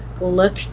look